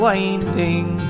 Winding